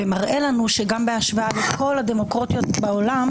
ומראה לנו שגם בהשוואה לכל הדמוקרטיות בעולם